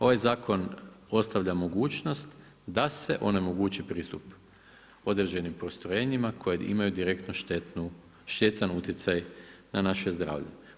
Ovaj zakon ostavlja mogućnost da se onemogući pristup određenim postrojenjima koje imaju direktan štetan utjecaj na naše zdravlje.